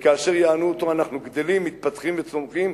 וכאשר יענו אותנו אנחנו גדלים ומתפתחים וצומחים.